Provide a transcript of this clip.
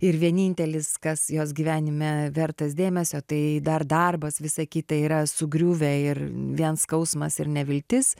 ir vienintelis kas jos gyvenime vertas dėmesio tai dar darbas visa kita yra sugriuvę ir vien skausmas ir neviltis